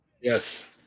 Yes